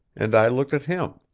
and i looked at him.